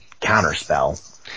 counterspell